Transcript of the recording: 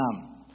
come